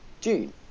June